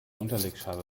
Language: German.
unterlegscheibe